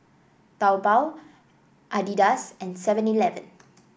Taobao Adidas and Seven Eleven